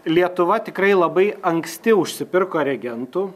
lietuva tikrai labai anksti užsipirko reagentų